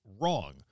wrong